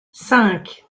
cinq